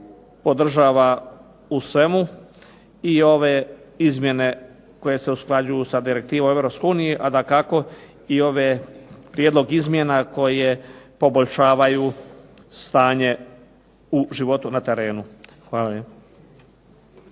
podržava u svemu i ove izmjene koje se usklađuju sa direktivama Europske unije a dakako i ove prijedloge izmjena koje poboljšavanju stanje u životu na terenu. Hvala.